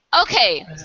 okay